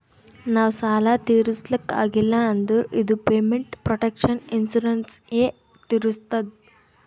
ನಾವ್ ಸಾಲ ತಿರುಸ್ಲಕ್ ಆಗಿಲ್ಲ ಅಂದುರ್ ಇದು ಪೇಮೆಂಟ್ ಪ್ರೊಟೆಕ್ಷನ್ ಇನ್ಸೂರೆನ್ಸ್ ಎ ತಿರುಸ್ತುದ್